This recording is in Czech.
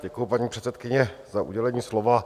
Děkuji, paní předsedkyně, za udělení slova.